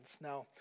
Now